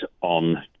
on